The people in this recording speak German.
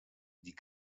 die